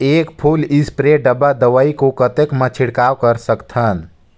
एक full spray डब्बा दवाई को कतेक म छिड़काव कर सकथन?